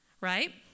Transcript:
Right